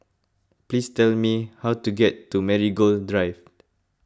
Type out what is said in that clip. please tell me how to get to Marigold Drive